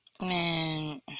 Man